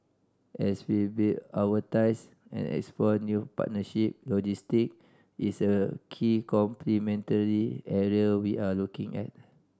as we build our ties and explore new partnership logistic is a key complementary area we are looking at